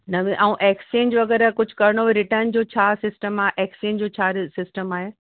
नवें ऐं एक्सचेंज वग़ैरह कुझु करिणो रिटर्न जो छा सिस्टम आहे एक्स्चेंज जो छा रि सिस्टम आहे